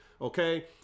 Okay